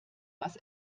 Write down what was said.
was